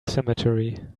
cemetery